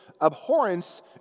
Abhorrence